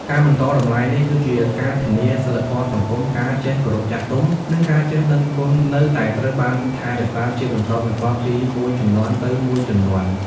ការបន្តតម្លៃនេះ គឺជាការធានាថាសីលធម៌សង្គម ការចេះគោរពចាស់ទុំ និងការចេះដឹងគុណនៅតែត្រូវបានថែរក្សាជាបន្តបន្ទាប់ពីមួយជំនាន់ទៅមួយជំនាន់។